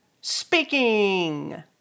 speaking